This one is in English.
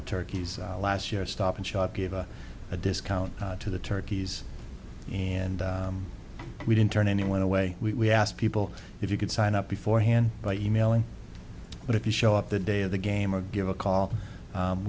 the turkey last year stop and shop give a discount to the turkeys and we didn't turn anyone away we asked people if you could sign up beforehand by emailing but if you show up the day of the game or give a call